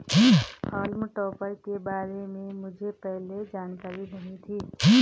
हॉल्म topper के बारे में मुझे पहले जानकारी नहीं थी